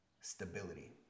stability